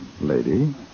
Lady